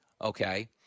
okay